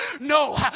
no